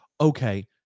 okay